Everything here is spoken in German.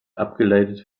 abgeleitet